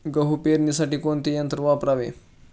गहू पेरणीसाठी कोणते यंत्र वापरावे?